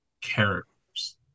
characters